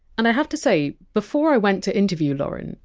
and i have to say, before i went to interview lauren,